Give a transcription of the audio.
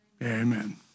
Amen